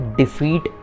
defeat